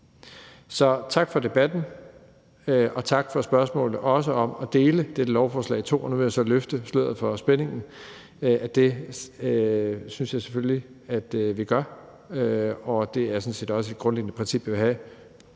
tak for debatten, og tak for spørgsmålene, også om at dele dette lovforslag i to. Og nu vil jeg så udløse spændingen og sige, at det synes jeg selvfølgelig at vi gør. Det er sådan set også et grundlæggende princip, som jeg